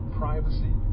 privacy